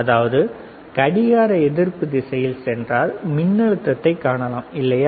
அதாவது கடிகார எதிர்ப்பு திசையில் சென்றால் மின்னழுத்தத்தைக் காணலாம் இல்லையா